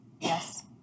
Yes